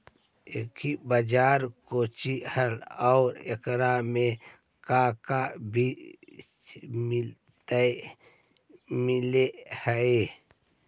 Agri बाजार कोची हई और एकरा में का का चीज मिलै हई?